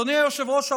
אדוני היושב-ראש,